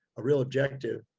a real objective,